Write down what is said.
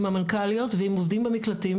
עם המנכ"ליות ועם עובדים במקלטים,